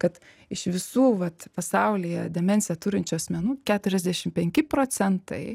kad iš visų vat pasaulyje demenciją turinčių asmenų keturiasdešim penki procentai